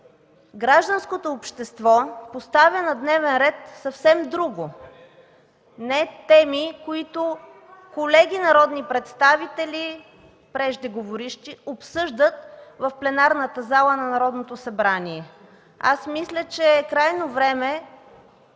гражданското общество поставя на дневен ред съвсем друго – не теми, които колеги народни представители – преждеговоривши, обсъждат в пленарната зала на Народното събрание. Мисля, че е крайно време